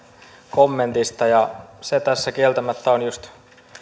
kommentista se tässä kieltämättä on just